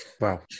wow